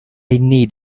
need